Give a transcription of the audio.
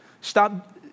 Stop